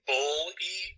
Bully